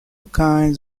kinds